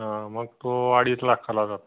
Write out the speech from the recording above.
हा मग तो अडीच लाखाला जातो